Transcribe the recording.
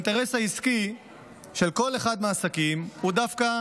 האינטרס העסקי של כל אחד מהעסקים הוא דווקא